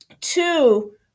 two